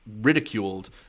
ridiculed